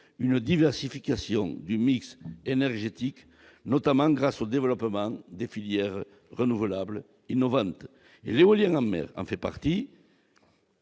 une diversification du mix énergétique, notamment grâce au développement des filières renouvelables innovantes éoliennes en mer, en fait partie.